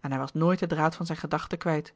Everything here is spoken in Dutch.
en hij was nooit den draad van zijne gedachte kwijt